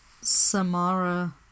samara